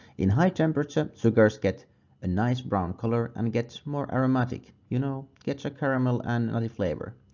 in high temperature sugars get a nice brown color and gets more aromatic you know gets a caramel and nutty flavor.